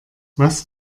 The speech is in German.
was